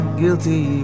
guilty